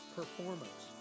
performance